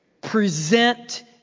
Present